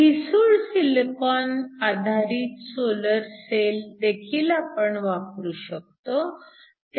ठिसूळ सिलिकॉन आधारित solar cell देखील आपण वापरू शकतो